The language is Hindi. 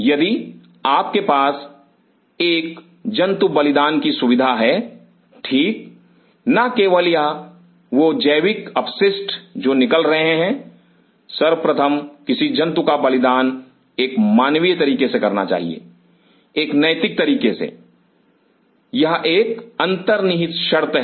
यदि आपके पास एक जंतु बलिदान की सुविधा है ठीक ना केवल वह जैविकअपशिष्ट जो कि निकल रहे हैं सर्वप्रथम किसी जंतु का बलिदान एक मानवीय तरीके से करना चाहिए एक नैतिक तरीके से यह एक अंतर्निहित शर्त है